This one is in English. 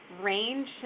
range